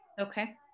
Okay